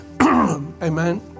amen